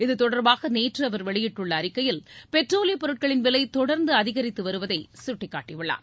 இதுதொடர்பாக நேற்று அவர் வெளியிட்டுள்ள அறிக்கையில் பெட்ரோலிய பொருட்களின் விலை தொடர்ந்து அதிகரித்து வருவதை சுட்டிக்காட்டி உள்ளார்